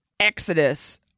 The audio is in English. exodus